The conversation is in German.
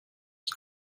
ich